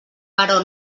però